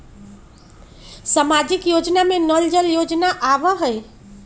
सामाजिक योजना में नल जल योजना आवहई?